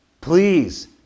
please